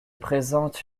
présente